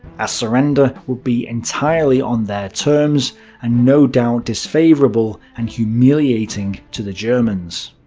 a surrender would be entirely on their terms and no doubt disfavorable and humiliating to the germans.